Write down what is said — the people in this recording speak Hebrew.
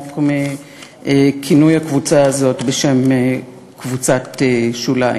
עמוק מכינוי הקבוצה הזאת בשם קבוצת שוליים.